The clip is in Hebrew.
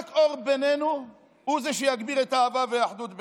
רק אור הוא שיגביר את האהבה והאחדות בינינו.